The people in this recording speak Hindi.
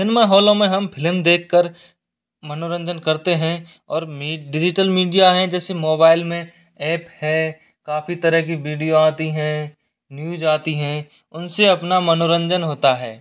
सिनेमा हॉलों में हम फ़िल्म देखकर मनोरंजन करते हैं और मी डिजिटल मीडिया हैं जैसे मोबाइल में ऐप है काफ़ी तरह की वीडियो आती हैं न्यूज़ आती हैं उनसे अपना मनोरंजन होता है